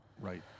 Right